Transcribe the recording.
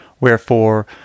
Wherefore